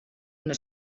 una